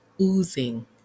oozing